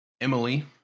Emily